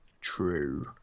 True